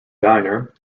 diner